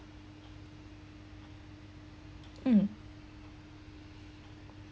mm